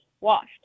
washed